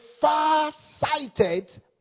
far-sighted